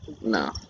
No